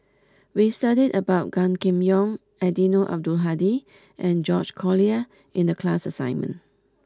we studied about Gan Kim Yong Eddino Abdul Hadi and George Collyer in the class assignment